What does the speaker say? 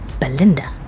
Belinda